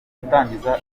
gutangiza